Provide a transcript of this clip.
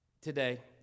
today